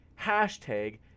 Hashtag